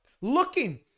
looking